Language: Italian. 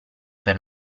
per